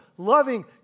Loving